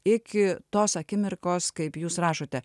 iki tos akimirkos kaip jūs rašote